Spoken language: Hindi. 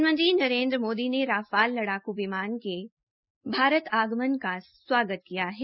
प्रधानमंत्री नरेन्द्र मोदी ने राफाल लड़ाकू विमान के भारत आगमन का स्वागत किया है